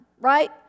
right